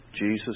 Jesus